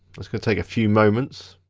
it's gonna take a few moments.